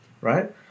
right